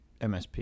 msp